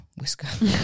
whisker